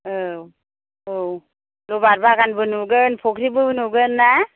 औ औ रबार बागानबो नुगोन फख्रिबो नुगोन ना